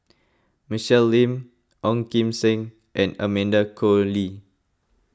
Michelle Lim Ong Kim Seng and Amanda Koe Lee